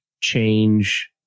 change